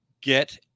get